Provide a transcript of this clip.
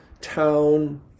town